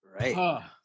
Right